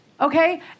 Okay